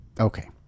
Okay